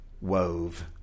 wove